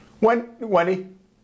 Wendy